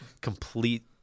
complete